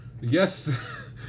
Yes